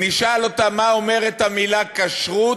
נשאל אותם מה אומרת המילה כשרות,